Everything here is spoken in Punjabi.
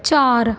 ਚਾਰ